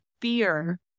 fear